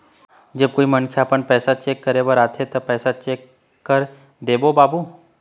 जब कोई मनखे आपमन पैसा चेक करे बर आथे ता पैसा चेक कर देबो बाबू?